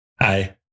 Hi